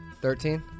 Thirteen